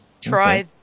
Try